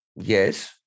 yes